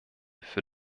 für